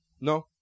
no